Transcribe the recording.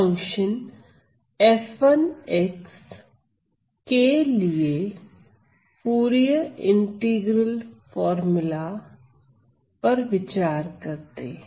function f1 के लिए Fourier integral formula पर विचार करते हैं